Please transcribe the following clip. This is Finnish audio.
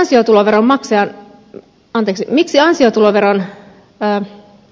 asia tulla veronmaksajan kahdeksi miksi ansiotuloveron pään a